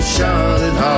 Charlotte